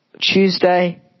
Tuesday